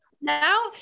Now